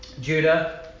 Judah